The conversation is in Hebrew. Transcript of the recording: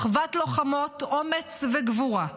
אחוות לוחמות, אומץ וגבורה,